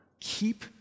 keep